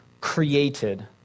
created